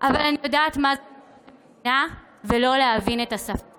אבל אני יודעת מה זה לא להבין את השפה.